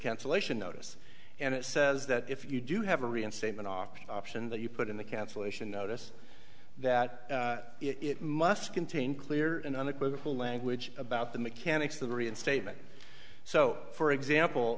cancellation notice and it says that if you do have a reinstatement offer option that you put in the cancellation notice that it must contain clear and unequivocal language about the mechanics of the reinstatement so for example